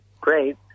great